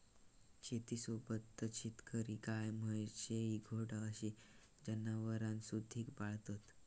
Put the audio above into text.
शेतीसोबतच शेतकरी गाय, म्हैस, शेळी, घोडा अशी जनावरांसुधिक पाळतत